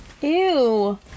Ew